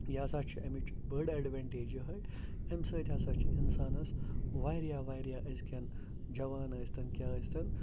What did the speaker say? یہِ ہسا چھُ اَمِچ بٔڑ اٮ۪ڈوٮ۪نٛٹیج یِہوٚے اَمہِ سۭتۍ ہَسا چھُ اِنسانَس واریاہ واریاہ أزۍکٮ۪ن جوان ٲسۍتَن کیٛاہ ٲسۍتَن